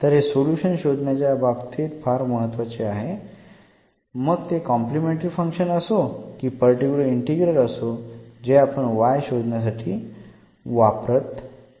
तर हे सोल्युशन शोधण्याच्या बाबतीत फार महत्वाचे आहे मग ते कॉम्प्लिमेंटरी फंक्शन असो की पर्टिक्युलर इंटीग्रल असो जे आपण y शोधण्यासाठी वापरत आहोत